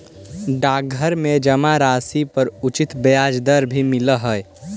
डाकघर में जमा राशि पर उचित ब्याज दर भी मिलऽ हइ